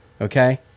Okay